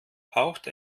haucht